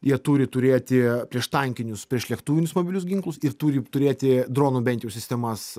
jie turi turėti prieštankinius priešlėktuvinius mobilius ginklus ir turi turėti dronų bent jau sistemas